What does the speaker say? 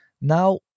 Now